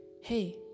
Hey